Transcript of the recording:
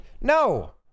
No